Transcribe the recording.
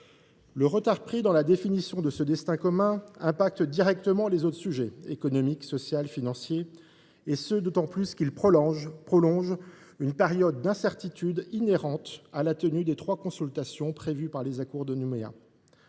Le retard pris dans la définition de ce destin commun touche directement les autres sujets – économique, social, financier –, d’autant qu’il prolonge une période d’incertitude inhérente à la tenue des trois consultations prévues par l’accord de Nouméa.